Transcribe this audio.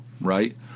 right